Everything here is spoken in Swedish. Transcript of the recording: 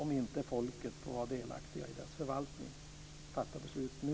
Min uppmaning till miljöministern är att fatta beslut nu.